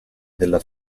della